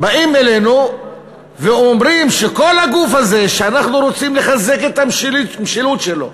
באים אלינו ואומרים שכל הגוף הזה שאנחנו רוצים לחזק את המשילות שלו,